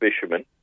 fishermen